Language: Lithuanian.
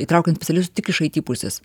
įtraukiant specialist tik iš it pusės